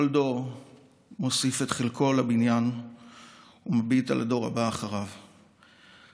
כל דור מוסיף את חלקו לבניין ומביט על הדור הבא אחריו כיצד